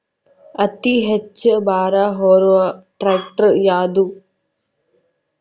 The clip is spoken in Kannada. ಅತಿ ಹೆಚ್ಚ ಭಾರ ಹೊರು ಟ್ರ್ಯಾಕ್ಟರ್ ಯಾದು?